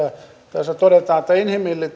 tässä todetaan että